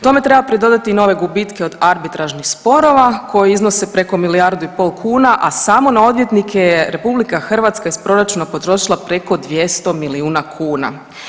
Tome treba pridodati i nove gubitke od arbitražnih sporova koji iznose preko milijardu i pol kuna, a samo na odvjetnike je RH iz proračuna potrošila preko 200 milijuna kuna.